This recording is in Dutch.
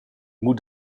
moet